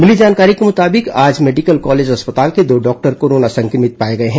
मिली जानकारी के मृताबिक आज मेडिकल कॉलेज अस्पताल के दो डॉक्टर कोरोना संक्रमित पाए गए हैं